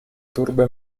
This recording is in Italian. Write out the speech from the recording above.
turbe